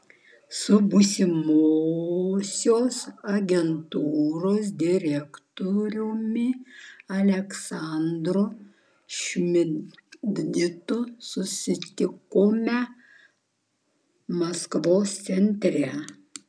su būsimosios agentūros direktoriumi aleksandru šmidtu susitikome maskvos centre